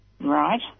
Right